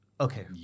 Okay